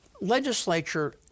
Legislature